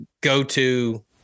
go-to